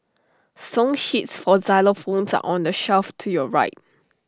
song sheets for xylophones are on the shelf to your right